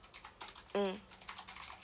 mm